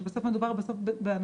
שבסוף מדובר באנשים,